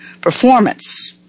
performance